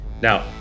Now